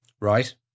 right